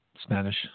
Spanish